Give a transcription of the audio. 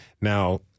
now